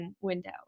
window